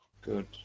Good